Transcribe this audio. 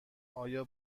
آیا